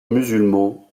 musulmans